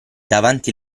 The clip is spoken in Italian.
davanti